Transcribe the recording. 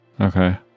okay